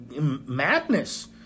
madness